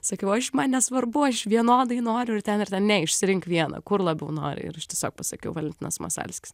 sakiau aš man nesvarbu aš vienodai noriu ir ten ir ten ne išsirink vieną kur labiau nori ir aš tiesiog pasakiau valentinas masalskis